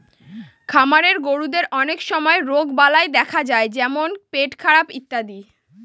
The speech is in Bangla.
খামারের গরুদের অনেক সময় রোগবালাই দেখা যায় যেমন পেটখারাপ ইত্যাদি